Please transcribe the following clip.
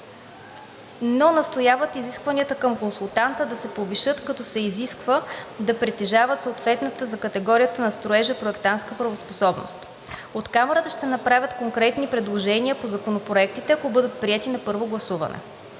но настояват изискванията към консултанта да се повишат, като се изиска да притежават съответната за категорията на строежа проектантска правоспособност. От Камарата ще направят конкретни предложения по законопроектите, ако бъдат приети на първо гласуване.